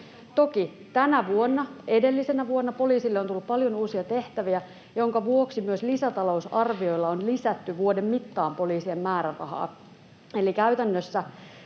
Toki tänä vuonna ja edellisenä vuonna poliisille on tullut paljon uusia tehtäviä, minkä vuoksi myös lisätalousarvioilla on lisätty vuoden mittaan poliisien määrärahaa.